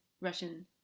Russian